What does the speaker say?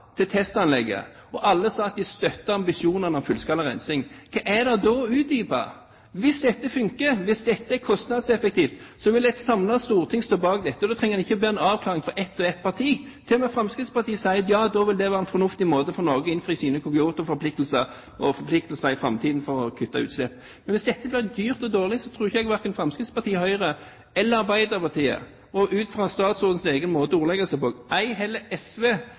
til testanlegget, og alle sa at de støttet ambisjonene om fullskala rensing. Hva er det da å utdype? Hvis dette funker, hvis dette er kostnadseffektivt, vil et samlet storting stå bak dette, og da trenger man ikke be om noen avklaring fra ett og ett parti. Til og med Fremskrittspartiet sier at ja, da vil det være en fornuftig måte for Norge å innfri sine Kyoto-forpliktelser og forpliktelser i framtiden til å kutte utslipp på. Men hvis dette blir dyrt og dårlig, tror jeg verken Fremskrittspartiet, Høyre eller Arbeiderpartiet, og ut fra statsrådens egen måte å ordlegge seg på, ei heller SV,